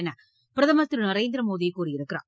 என்று பிரதமர் திரு நரேந்திர மோடி கூறியிருக்கிறார்